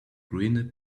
green